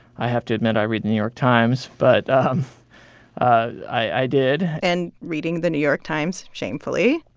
i have to admit i read the new york times. but i did and reading the new york times shamefully.